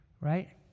right